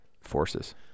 forces